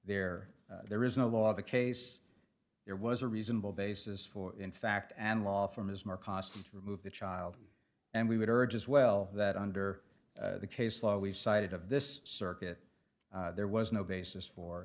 there there is no law the case there was a reasonable basis for in fact and law from is more cost to remove the child and we would urge as well that under the case law he cited of this circuit there was no basis for